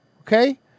okay